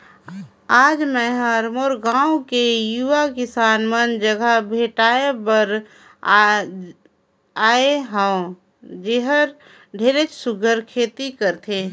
आज मैं हर मोर गांव मे यूवा किसान मन जघा भेंटाय बर आये हंव जेहर ढेरेच सुग्घर खेती करथे